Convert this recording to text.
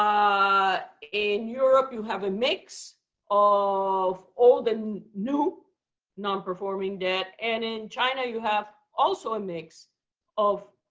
ah in europe, you have a mix of old and new non-performing debt. and in china, you have also a mix of